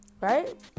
right